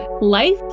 life